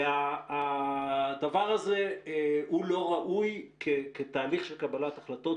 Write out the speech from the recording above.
הדבר הזה לא ראוי כתהליך של קבלת החלטות,